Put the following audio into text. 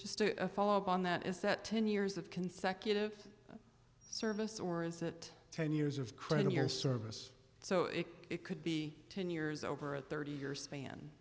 just to follow up on that is that ten years of consecutive service or is it ten years of credit here service so it could be ten years over a thirty year